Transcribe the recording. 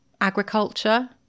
agriculture